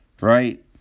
right